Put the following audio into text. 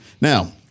Now